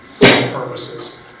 purposes